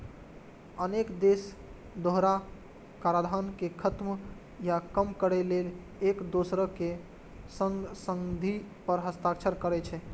अनेक देश दोहरा कराधान कें खत्म या कम करै लेल एक दोसरक संग संधि पर हस्ताक्षर करै छै